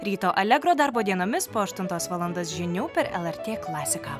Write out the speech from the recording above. ryto alegro darbo dienomis po aštuntos valandos žinių per lrt klasiką